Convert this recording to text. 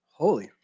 Holy